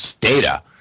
data